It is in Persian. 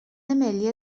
ملی